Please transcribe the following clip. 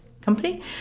company